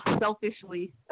selfishly